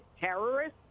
terrorists